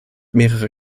mehrere